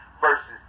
versus